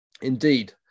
Indeed